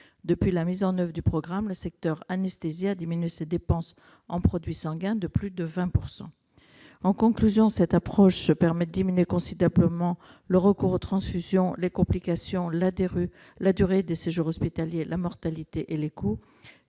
Depuis la mise en oeuvre du programme, le secteur anesthésie a diminué ses dépenses en produits sanguins de plus de 20 %. En conclusion, cette approche permet de diminuer considérablement le recours aux transfusions, les complications, la durée des séjours hospitaliers, la mortalité et les coûts.